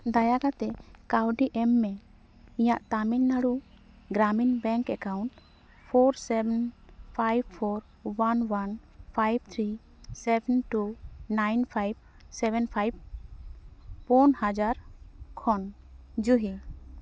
ᱫᱟᱭᱟ ᱠᱟᱛᱮᱫ ᱠᱟᱹᱣᱰᱤ ᱮᱢᱢᱮ ᱤᱧᱟᱹᱜ Tamil Nadu Gramin bank account four seven five four one one five three seven two nine five seven five ᱯᱩᱱ ᱦᱟᱡᱟᱨ ᱠᱷᱚᱱ ᱡᱩᱦᱤ